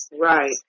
right